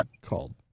called